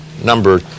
number